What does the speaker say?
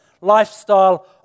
lifestyle